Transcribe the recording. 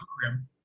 program